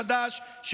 חד"ש,